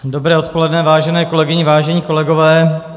Dobré odpoledne, vážené kolegyně, vážení kolegové.